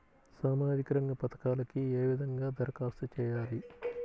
సామాజిక రంగ పథకాలకీ ఏ విధంగా ధరఖాస్తు చేయాలి?